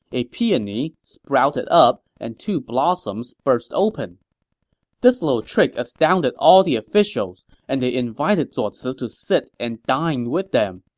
a peony sprouted up and two blossoms burst open this little trick astounded all the officials, and they invited zuo ci to sit and dine with them.